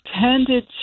tended